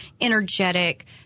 energetic